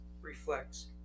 reflects